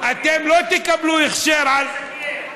אתם לא תקבלו, אני לא מבין למה לשקר.